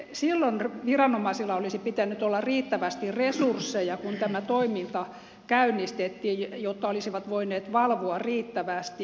silloin viranomaisilla olisi pitänyt olla riittävästi resursseja kun tämä toiminta käynnistettiin jotta olisivat voineet valvoa riittävästi